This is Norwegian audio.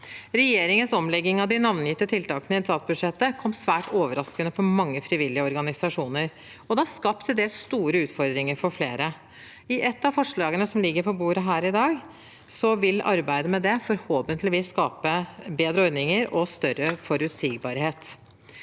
Regjeringens omlegging av de navngitte tiltakene i statsbudsjettet kom svært overraskende på mange frivillige organisasjoner, og det har skapt til dels store utfordringer for flere. Arbeidet med et av forslagene som ligger på bordet her i dag, vil forhåpentligvis skape bedre ordninger og større forutsigbarhet.